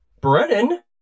Brennan